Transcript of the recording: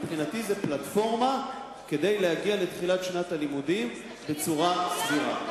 מבחינתי זאת פלטפורמה כדי להגיע לתחילת שנת הלימודים בצורה סבירה.